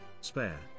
Spare